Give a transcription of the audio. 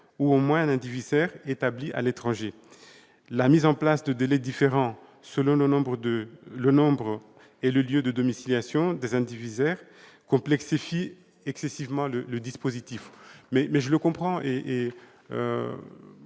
ou au moins un indivisaire établi à l'étranger. La mise en place de délais différents selon le nombre et le lieu de domiciliation des indivisaires complexifierait excessivement le dispositif. On pourrait,